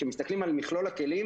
כשמסתכלים על מכלול הכלים,